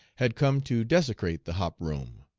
had come to desecrate the hop room.